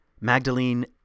Magdalene